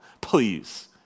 please